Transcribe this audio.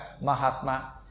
Mahatma